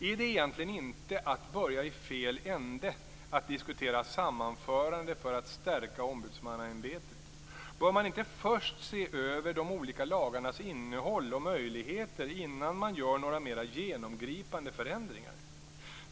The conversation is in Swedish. Är det egentligen inte att börja i fel ände att diskutera sammanförande för att stärka ombudsmannaämbetet? Bör man inte först se över de olika lagarnas innehåll och möjligheter innan man gör några mera genomgripande förändringar?